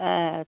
ए